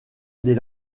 des